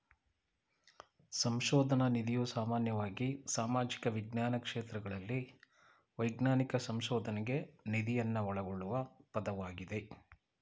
ಸಂಶೋಧನ ನಿಧಿಯು ಸಾಮಾನ್ಯವಾಗಿ ಸಾಮಾಜಿಕ ವಿಜ್ಞಾನ ಕ್ಷೇತ್ರಗಳಲ್ಲಿ ವೈಜ್ಞಾನಿಕ ಸಂಶೋಧನ್ಗೆ ನಿಧಿಯನ್ನ ಒಳಗೊಳ್ಳುವ ಪದವಾಗಿದೆ